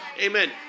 amen